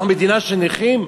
אנחנו מדינה של נכים?